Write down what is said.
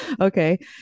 Okay